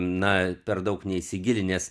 na per daug neįsigilinęs